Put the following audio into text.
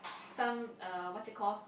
some uh what's it call